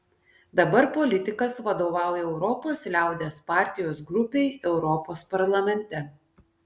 dabar politikas vadovauja europos liaudies partijos grupei europos parlamente